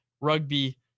Rugby